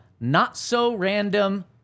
not-so-random